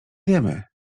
wiemy